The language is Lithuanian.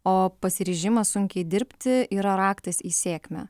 o pasiryžimas sunkiai dirbti yra raktas į sėkmę